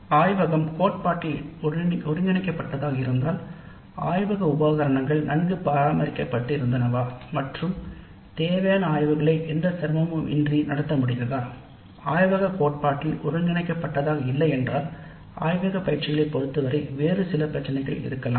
ஆய்வகம் கோட்பாட்டில் ஒருங்கிணைக்கப்பட்டால் ஆய்வக உபகரணங்கள் நன்கு பராமரிக்கப்பட்டு தேவையானவற்றை நடத்துவதில் சிரமங்கள் எதுவும் இல்லாமலிருந்தது